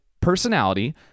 personality